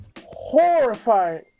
horrified